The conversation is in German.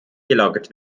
gelagert